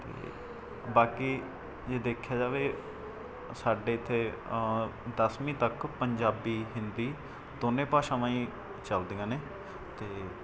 ਅਤੇ ਬਾਕੀ ਜੇ ਦੇਖਿਆ ਜਾਵੇ ਸਾਡੇ ਇੱਥੇ ਦਸਵੀਂ ਤੱਕ ਪੰਜਾਬੀ ਹਿੰਦੀ ਦੋਨੇਂ ਭਾਸ਼ਾਵਾਂ ਹੀ ਚੱਲਦੀਆਂ ਨੇ ਅਤੇ